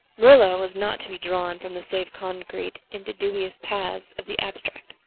marilla was not to be drawn from the safe concrete into dubious paths of the abstract.